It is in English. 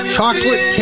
Chocolate